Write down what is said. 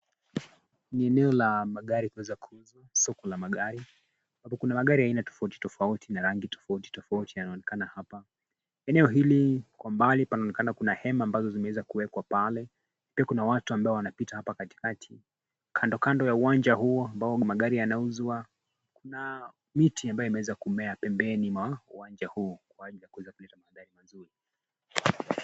Ni eneo la magari kuweza kuuzwa soko la magari. Kuna magari ya aina tofauti tofauti na rangi tofauti tofauti yanaonekana hapa. Eneo hili kwa mbali panaonekana kuna hema ambazo zimeweza kuwekwa pale pia kuna watu ambao wanapita hapa katikati. Kando kando ya uwanja huo ambao magari yanauzwa kuna miti ambayo imeweza kumea pembeni mwa uwanja huu.